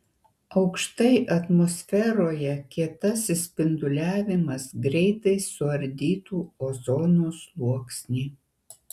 aukštai atmosferoje kietasis spinduliavimas greitai suardytų ozono sluoksnį